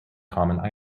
common